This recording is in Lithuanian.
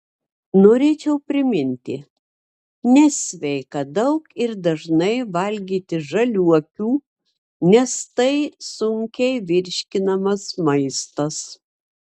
norėčiau priminti nesveika daug ir dažnai valgyti žaliuokių nes tai sunkiai virškinamas maistas